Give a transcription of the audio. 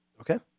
Okay